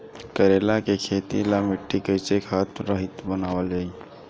करेला के खेती ला मिट्टी कइसे खाद्य रहित बनावल जाई?